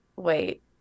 Wait